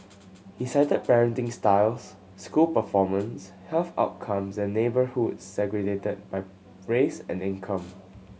he cited parenting styles school performance health outcomes and neighbourhoods segregated by race and income